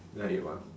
then I ate one